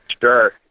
Sure